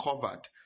covered